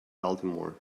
baltimore